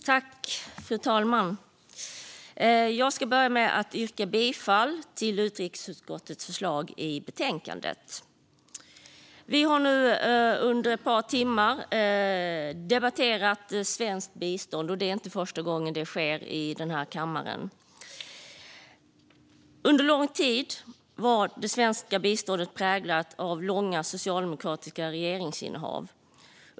Fru talman! Jag börjar med att yrka bifall till utrikesutskottets förslag i betänkandet. Vi har nu under ett par timmar debatterat svenskt bistånd, och det är inte första gången det sker i denna kammare. Under lång tid var svensk biståndspolitik präglad av långa socialdemokratiska regeringsinnehav.